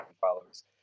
followers